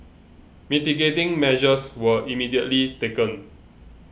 mitigating measures were immediately taken